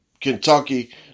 Kentucky